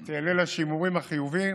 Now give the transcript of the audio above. את ליל השימורים החיובי.